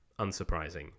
Unsurprising